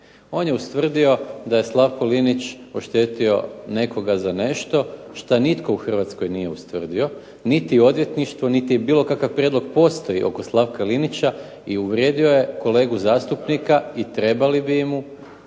On je ustvrdio da je Slavko Linić oštetio nekoga za nešto šta nitko u Hrvatskoj nije ustvrdio, niti odvjetništvo, niti bilo kakav prijedlog postoji oko Slavka Linića i uvrijedio je kolegu zastupnika i trebali bi mu